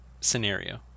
scenario